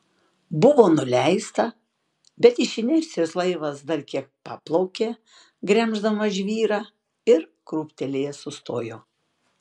buvo nuleista bet iš inercijos laivas dar kiek paplaukė gremždamas žvyrą ir krūptelėjęs sustojo